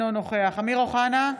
אינו נוכח אמיר אוחנה,